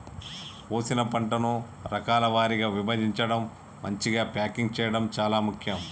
కోసిన పంటను రకాల వారీగా విభజించడం, మంచిగ ప్యాకింగ్ చేయడం చాలా ముఖ్యం